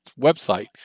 website